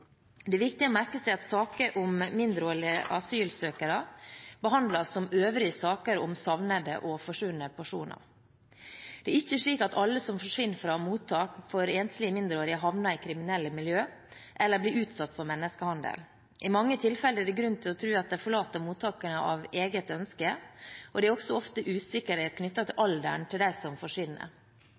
Det er viktig å merke seg at saker om mindreårige asylsøkere behandles som øvrige saker om savnede og forsvunne personer. Det er ikke slik at alle som forsvinner fra mottak for enslige mindreårige, havner i kriminelle miljø eller blir utsatt for menneskehandel. I mange tilfeller er det grunn til å tro at de forlater mottakene av eget ønske, og det er også ofte usikkerhet knyttet til alderen til dem som forsvinner.